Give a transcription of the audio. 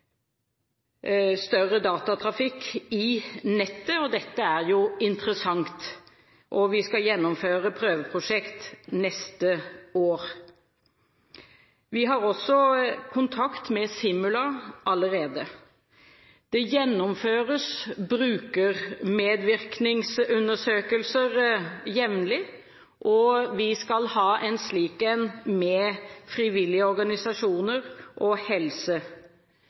større datatrafikk i nettet. Dette er interessant, og vi skal gjennomføre prøveprosjekt neste år. Vi har også kontakt med Simula allerede. Det gjennomføres brukermedvirkningsundersøkelser jevnlig, og vi skal ha en med frivillige organisasjoner og